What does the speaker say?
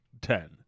ten